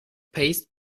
paste